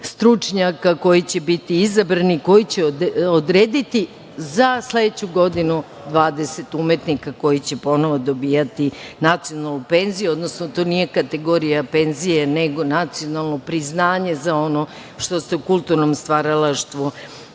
stručnjaka koji će biti izabrani, koji će odrediti za sledeću godinu 20 umetnika koji će ponovo dobijati nacionalnu penziju, odnosno to nije kategorija penzije, nego nacionalno priznanje za ono što su u kulturnom stvaralaštvu